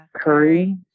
Curry